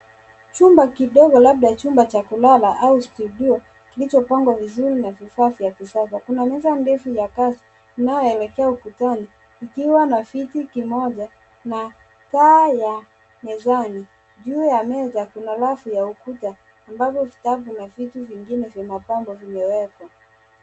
Chumba kidogo labda chumba cha kulala au studio kilichopangwa vizuri na vifaa vya kisasa. Kuna meza ndefu ya pasi inayoelekea ukutani ikiwa na viti kimoja na taa ya mezani. Juu ya meza kuna rafu ya ukuta ambazo vitabu na vitu vingine vya mapambo vimewekwa.